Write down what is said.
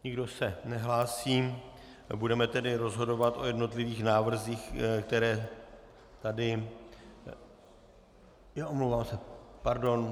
Nikdo se nehlásí, budeme tedy rozhodovat o jednotlivých návrzích, které tady omlouvám se, pardon.